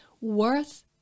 worth